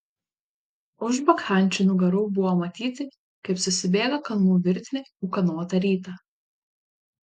už bakchančių nugarų buvo matyti kaip susibėga kalnų virtinė ūkanotą rytą